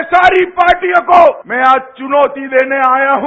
ये सारी पार्टियों को मैं आज चुनौती देने आया हूँ